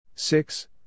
Six